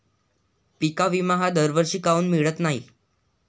पिका विमा हा दरवर्षी काऊन मिळत न्हाई?